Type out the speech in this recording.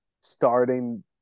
starting